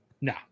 No